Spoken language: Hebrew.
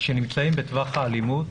שנמצאים בטווח האלימות,